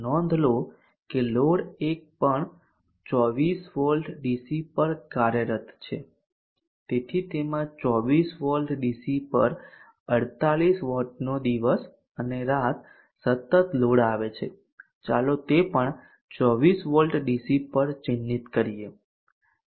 નોંધ લો કે લોડ એક પણ 24 વોલ્ટ ડીસી પર કાર્યરત છે તેથી તેમાં 24 વોલ્ટ ડીસી પર 48 વોટનો દિવસ અને રાત સતત લોડ આવે છે ચાલો તે પણ 24 વોલ્ટ ડીસી પર ચિહ્નિત કરીએ